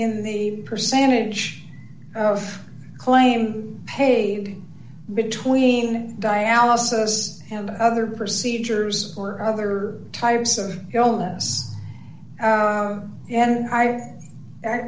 in the percentage of claim paid between dialysis and other procedures or other types of illness and